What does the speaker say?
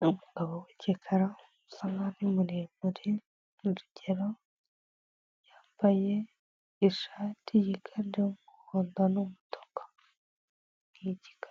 umugabo w'igikara usa nabi muremure, urugero yambaye ishati yiganjemo umuhondo n'umutuku, ni igikara.